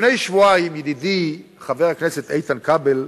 לפני שבועיים ידידי חבר הכנסת איתן כבל,